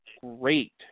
great